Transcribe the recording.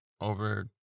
over